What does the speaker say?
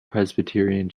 presbyterian